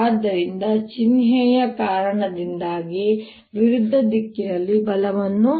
ಆದ್ದರಿಂದ ಚಿಹ್ನೆಯ ಕಾರಣದಿಂದಾಗಿ ವಿರುದ್ಧ ದಿಕ್ಕಿನಲ್ಲಿ ಬಲವನ್ನು